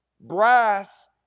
brass